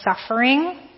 suffering